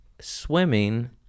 swimming